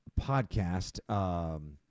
podcast